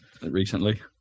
Recently